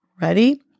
Ready